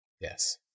Yes